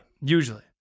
Usually